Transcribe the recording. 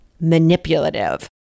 manipulative